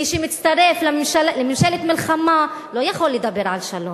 מי שמצטרף לממשלת מלחמה, לא יכול לדבר על שלום.